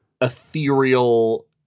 ethereal